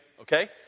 okay